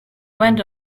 went